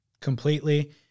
Completely